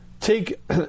take